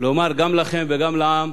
לומר גם לכם וגם לעם